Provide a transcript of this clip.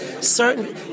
Certain